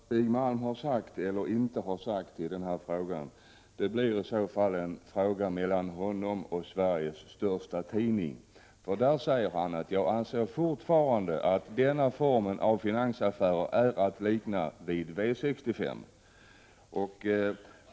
Herr talman! Vad Stig Malm har sagt eller inte sagt i den här frågan blir i så fall en fråga mellan honom och Sveriges största tidning. Enligt tidningen säger han: Jag anser fortfarande att denna form av finansaffärer är att likna vid V 65.